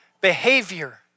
behavior